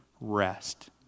rest